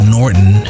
Norton